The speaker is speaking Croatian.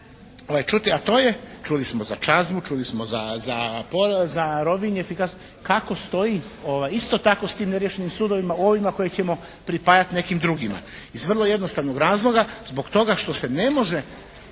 a to je, čuli smo za Čazmu, čuli smo za Rovinj …/Govornik se ne razumije./… kako stoji isto tako s tim neriješenim sudovima, ovima koje ćemo pripajati nekim drugima, iz vrlo jednostavnog razloga, zbog toga što se ne može